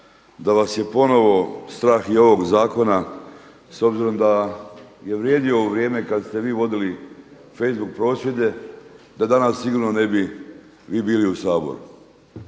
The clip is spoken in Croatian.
da vas je ponovo strah i ovog zakona s obzirom da je vrijedio u vrijeme kad ste vi vodili Facebook prosvjede, da danas sigurno ne bi vi bili u Saboru.